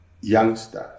youngsters